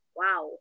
wow